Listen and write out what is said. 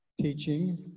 teaching